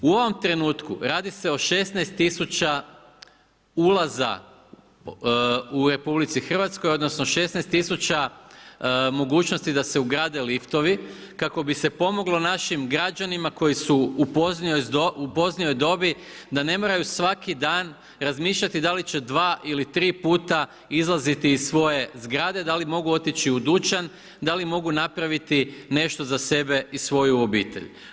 U ovom trenutku, radi se o 16 tisuća ulaza u RH, odnosno 16 tisuća mogućnosti da se ugrade liftovi kako bi se pomoglo našim građanima koji su u poznijoj dobi, da ne moraju svaki dan razmišljati da li će 2 ili 3 puta izlaziti iz svoje zgrade, da li mogu otići u dućan, da li mogu napraviti nešto za sebe i svoju obitelj.